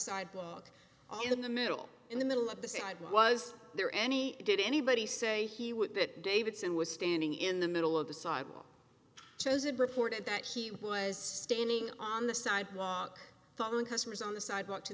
sidewalk all in the middle in the middle of the side was there any did anybody say he would that davidson was standing in the middle of the sidewalk chose a bridgeport at that he was standing on the sidewalk following customers on the sidewalk to